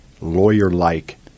lawyer-like